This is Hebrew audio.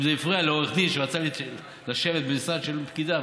אם זה הפריע לעורך דין שרצה לשבת במשרד של פקידה,